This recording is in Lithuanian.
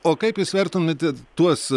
o kaip jūs vertinutumėt tuos